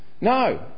No